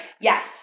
yes